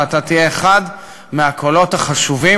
ואתה תהיה אחד הקולות החשובים,